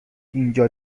اینجا